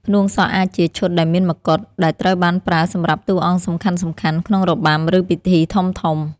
ផ្នួងសក់អាចជា ឈុតដែលមានម្កុដ ដែលត្រូវបានប្រើសម្រាប់តួអង្គសំខាន់ៗក្នុងរបាំ ឬពិធីធំៗ។